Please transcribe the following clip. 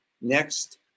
Next